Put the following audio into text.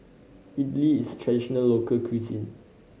idly is a traditional local cuisine